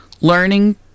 learning